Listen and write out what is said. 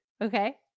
Okay